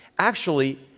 actually,